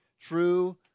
True